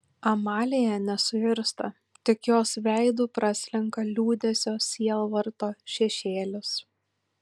amalija nesuirzta tik jos veidu praslenka liūdesio sielvarto šešėlis